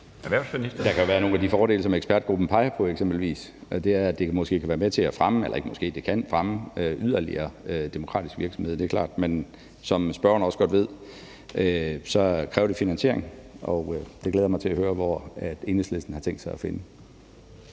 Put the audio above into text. være nogle af de fordele, som ekspertgruppen peger på. Det er, at det kan være med til at fremme yderligere demokratisk virksomhed. Det er klart. Men som spørgeren også godt ved, kræver det finansiering, og den glæder jeg mig til at høre hvor Enhedslisten har tænkt sig at finde.